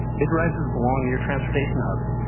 midrise is belong near transportation hubs.